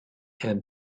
and